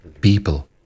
people